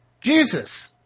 Jesus